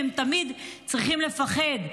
הם תמיד צריכים לפחד.